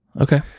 Okay